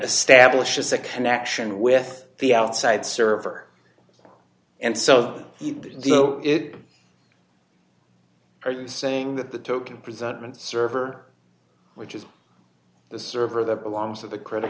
establishes a connection with the outside server and so even though it are you saying that the token presentments server which is the server that belongs to the credit